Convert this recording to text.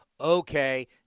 okay